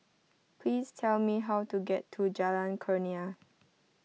please tell me how to get to Jalan Kurnia